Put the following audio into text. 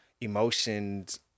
emotions